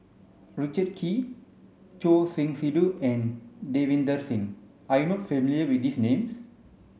Richard Kee Choor Singh Sidhu and Davinder Singh are you not familiar with these names